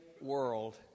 world